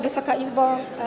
Wysoka Izbo!